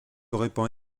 répand